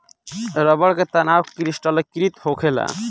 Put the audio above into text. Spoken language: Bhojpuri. रबड़ के तनाव क्रिस्टलीकृत होखेला